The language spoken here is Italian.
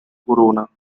corona